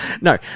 No